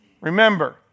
Remember